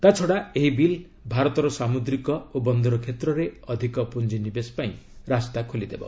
ତାଛଡ଼ା ଏହି ବିଲ୍ ଭାରତର ସାମୁଦ୍ରିକ ଓ ବନ୍ଦର କ୍ଷେତ୍ରରେ ଅଧିକ ପୁଞ୍ଜିନିବେଶ ପାଇଁ ରାସ୍ତା ଖୋଲିଦେବ